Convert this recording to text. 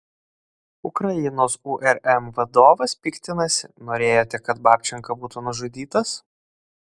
ukrainos urm vadovas piktinasi norėjote kad babčenka būtų nužudytas